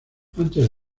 antes